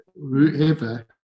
whoever